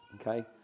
okay